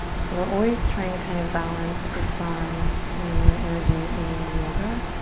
so we're always trying to kind of balance the sun and the moon energy in yoga